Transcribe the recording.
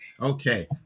Okay